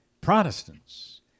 Protestants